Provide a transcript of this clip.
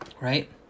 Right